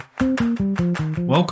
Welcome